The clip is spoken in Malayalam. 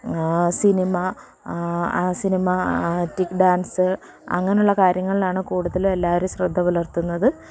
സിനിമ സിനിമാറ്റിക് ഡാൻസ് അങ്ങനെയുള്ള കാര്യങ്ങളിലാണ് കൂടുതലും എല്ലാവരും ശ്രദ്ധ പുലർത്തുന്നത്